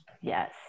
Yes